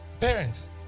parents